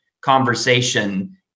conversation